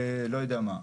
לא יודע מה,